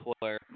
player